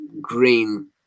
green